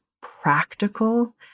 practical